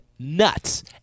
Nuts